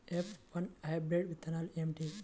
F one hybrid విత్తనాలు ఏమిటి?